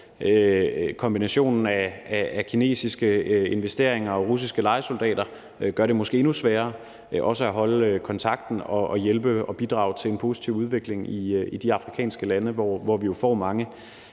kombinationen af kinesiske investeringer og russiske lejesoldater gør det måske endnu sværere også at holde kontakten og hjælpe og bidrage til en positiv udvikling i de afrikanske lande, hvor vi jo får mange